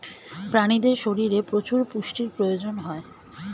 প্রাণীদের শরীরে প্রচুর পুষ্টির প্রয়োজন হয়